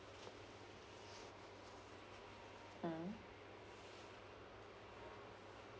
mm